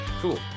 Cool